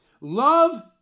Love